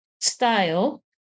style